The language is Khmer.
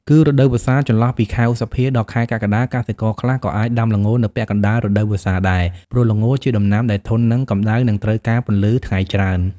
គឺរដូវវស្សា ចន្លោះពីខែឧសភា ដល់ខែកក្កដា កសិករខ្លះក៏អាចដាំល្ងនៅពាក់កណ្ដាលរដូវវស្សាដែរ ព្រោះល្ងជាដំណាំដែលធន់នឹងកម្ដៅ និងត្រូវការពន្លឺថ្ងៃច្រើន។